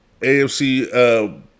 AFC